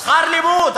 שכר לימוד,